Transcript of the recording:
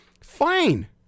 fine